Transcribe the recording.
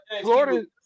Florida